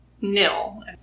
nil